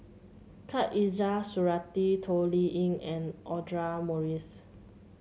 Khatijah Surattee Toh Liying and Audra Morrice